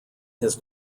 his